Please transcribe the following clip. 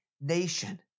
nation